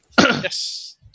Yes